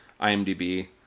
IMDb